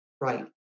right